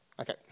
Okay